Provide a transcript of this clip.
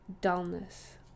dullness